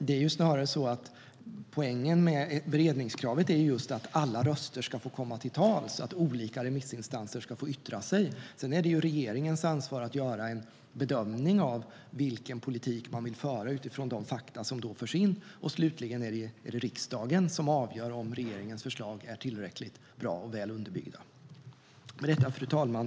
Det är snarare så att poängen med beredningskravet är att alla röster ska få komma till tals, att olika remissinstanser ska få yttra sig. Sedan är det regeringens ansvar att göra en bedömning av vilken politik man vill föra utifrån de fakta som förs in. Slutligen är det riksdagen som avgör om regeringens förslag är tillräckligt bra och väl underbyggda. Fru talman!